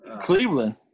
Cleveland